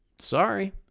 sorry